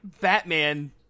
Batman